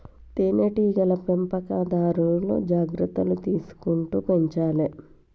తేనె టీగల పెంపకందారు జాగ్రత్తలు తీసుకుంటూ పెంచాలే